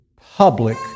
public